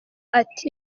ati